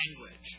language